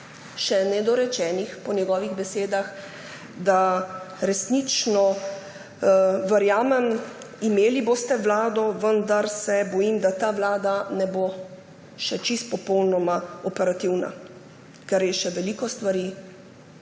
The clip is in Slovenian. še nedorečenih po njegovih besedah, da resnično verjamem, imeli boste vlado, vendar se bojim, da ta vlada še ne bo popolnoma operativna, ker je še veliko stvari